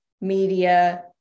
media